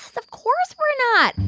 so of course we're not.